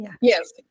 Yes